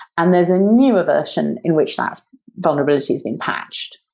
and there's a newer version in which that vulnerability is been patched.